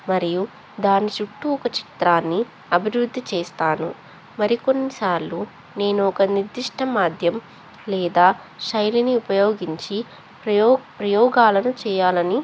మరియు దాని చుట్టూ ఒక చిత్రాన్ని అభివృద్ధి చేస్తాను మరికొన్నిసార్లు నేను ఒక నిర్దిష్ట మాధ్యం లేదా శైలిని ఉపయోగించి ప్రయోగ ప్రయోగాలను చేయాలని